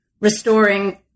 restoring